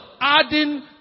adding